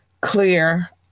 Clear